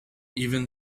even